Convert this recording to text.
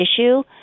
issue